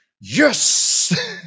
yes